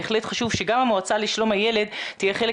בהחלט חשוב שגם המועצה לשלום הילד תהיה חלק